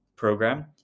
program